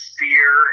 fear